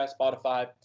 Spotify